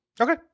Okay